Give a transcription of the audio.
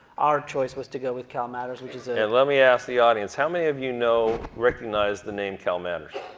our choice was to go with calmatters. which is a and let me ask the audience. how many of you know, recognize the name calmatters?